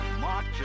march